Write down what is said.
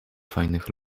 fajnych